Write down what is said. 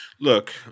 Look